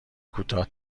کوتاه